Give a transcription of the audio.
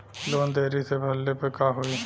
Loan देरी से भरले पर का होई?